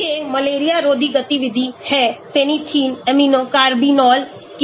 ये मलेरिया रोधी गतिविधि हैं फेनेंथ्रीन एमिनो कारबिनोल की